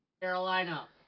Carolina